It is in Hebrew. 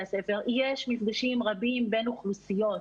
הספר יש מפגשים רבים בין אוכלוסיות,